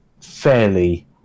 fairly